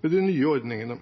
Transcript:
med de nye ordningene.